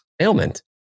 ailment